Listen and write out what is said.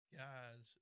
guys